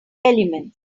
elements